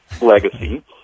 legacy